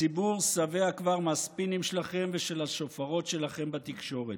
הציבור שבע כבר מהספינים שלכם ושל השופרות שלכם בתקשורת.